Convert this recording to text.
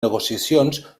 negociacions